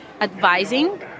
advising